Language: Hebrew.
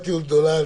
1."